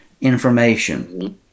information